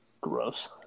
Gross